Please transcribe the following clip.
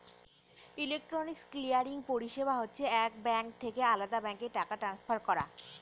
electronic clearing পরিষেবা হচ্ছে এক ব্যাঙ্ক থেকে আলদা ব্যাঙ্কে টাকা ট্রান্সফার করা